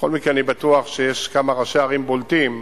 בכל מקרה, אני בטוח שיש כמה ראשי ערים בולטים,